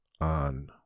on